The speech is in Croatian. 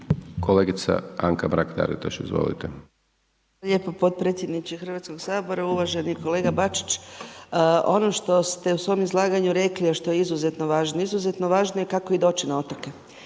Anka (GLAS)** Hvala lijepo potpredsjedniče Hrvatskog sabora. Uvaženi kolega Bačić, ono što ste u svom izlaganju rekli, a što je izuzetno važno, izuzetno je važno kako doći na otoke.